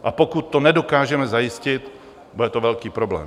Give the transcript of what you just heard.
A pokud to nedokážeme zajistit, bude to velký problém.